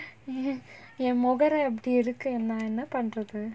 ya என் மோகர அப்டி இருக்கு நா என்ன பன்றது:en mokara apdi irukku naa enna pandrathu